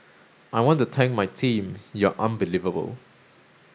I want to thank my team you're unbelievable